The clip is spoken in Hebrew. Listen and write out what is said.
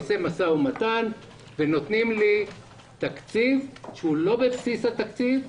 עושה משא ומתן ונותנים לי תקציב שהוא לא בבסיס התקציב,